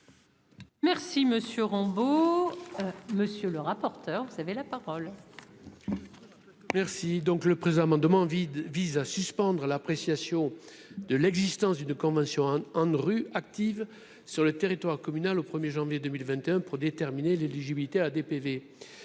Merci Monsieur Rambo, monsieur le rapporteur, vous savez la parole. Un peu. Merci donc le présent amendement vide vise à suspendre l'appréciation de l'existence d'une convention ANRU active sur le territoire communal au 1er janvier 2021 pour déterminer l'éligibilité à la DPV